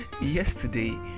Yesterday